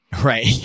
Right